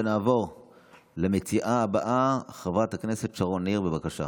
ונעבור למציעה הבאה, חברת הכנסת שרון ניר, בבקשה.